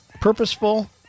purposeful